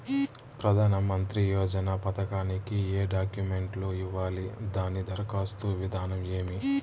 ప్రధానమంత్రి యోజన పథకానికి ఏ డాక్యుమెంట్లు ఇవ్వాలి దాని దరఖాస్తు విధానం ఏమి